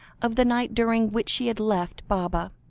of the night during which she had left baba.